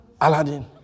Aladdin